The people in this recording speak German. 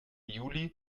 juli